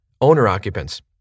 owner-occupants